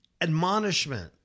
admonishment